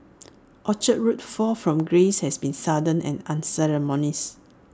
Orchard Road's fall from grace has been sudden and unceremonious